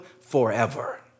forever